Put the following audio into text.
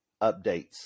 updates